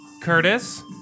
Curtis